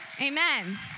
Amen